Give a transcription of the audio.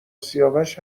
سیاوش